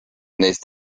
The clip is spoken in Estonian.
neist